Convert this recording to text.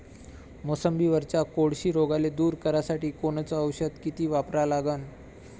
मोसंबीवरच्या कोळशी रोगाले दूर करासाठी कोनचं औषध किती वापरा लागन?